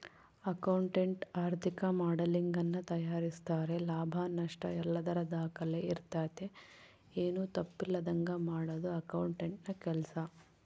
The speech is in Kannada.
ಅಕೌಂಟೆಂಟ್ ಆರ್ಥಿಕ ಮಾಡೆಲಿಂಗನ್ನ ತಯಾರಿಸ್ತಾರೆ ಲಾಭ ನಷ್ಟಯಲ್ಲದರ ದಾಖಲೆ ಇರ್ತತೆ, ಏನು ತಪ್ಪಿಲ್ಲದಂಗ ಮಾಡದು ಅಕೌಂಟೆಂಟ್ನ ಕೆಲ್ಸ